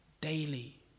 daily